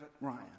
Ryan